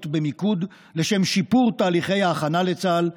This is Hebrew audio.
במיקוד לשם שיפור תהליכי ההכנה לצה"ל,